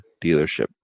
dealership